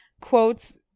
quotes